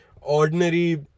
ordinary